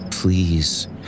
Please